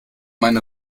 meine